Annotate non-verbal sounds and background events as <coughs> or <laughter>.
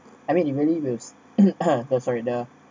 I mean you really with <coughs> sorry sorry the surrender